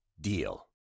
DEAL